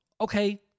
okay